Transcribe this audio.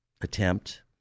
attempt